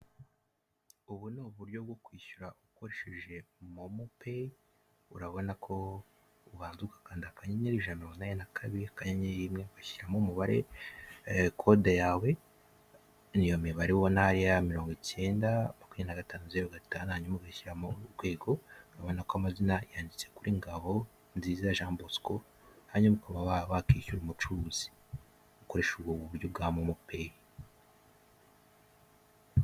Ubu ni uburyo bwo kwishyura ukoreshesheje momo peyi, urabona ko ubanza ugakanda akanyenyeri, ijana na mirongo inani na kabiri , akanyenyeri, rimwe ugashyiramo umubare, kode yawe n'iyo mibare ubona hariya mirongo icyenda ,makumyabiri na gatanu ,zero ,gatanu hanyuma ugashyiramo urwego ubona ko amazina yanditse kuri NGABONZIZA Jean Bosco hanyuma ukaba wakwishyura umucuruzi ukoresha ubu buryo bwa momo peyi.